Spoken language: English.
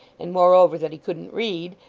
and moreover that he couldn't read,